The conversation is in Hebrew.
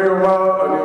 אני אומר ככה,